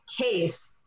case